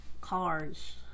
cars